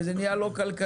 וזה נהיה לא כלכלי.